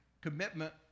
commitment